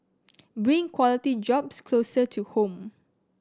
bring quality jobs closer to home